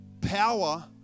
power